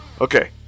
Okay